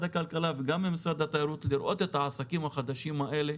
הכלכלה וגם ממשרד התיירות לראות את העסקים החדשים האלה